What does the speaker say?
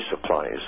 supplies